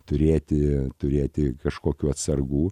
turėti turėti kažkokių atsargų